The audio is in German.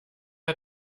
hat